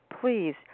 please